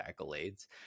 accolades